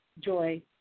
joy